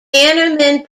bannerman